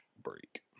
Break